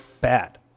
bad